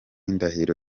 indahiro